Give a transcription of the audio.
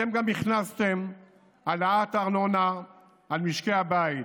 אתם גם הכנסתם העלאת ארנונה על משקי הבית.